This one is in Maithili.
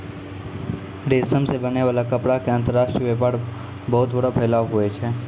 रेशम से बनै वाला कपड़ा के अंतर्राष्ट्रीय वेपार बहुत बड़ो फैलाव हुवै छै